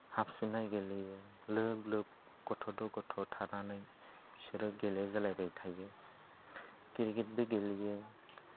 हाबसोनाय गेलेयो लोब लोब गथ'जों गथ' थानानै बिसोरो गेलेज्लायबाय थायो क्रिकेटबो गेलेयो